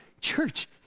church